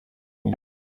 room